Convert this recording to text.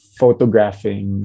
photographing